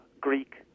Greek